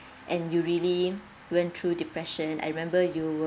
and you really went through depression I remember you